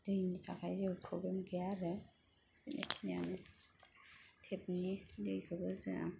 दैनि थाखाय जेबो प्रब्लेम गैया आरो बेखिनियानो तेपनि दैखौबो जोंहा